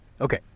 okay